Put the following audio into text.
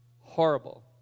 Horrible